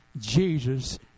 Jesus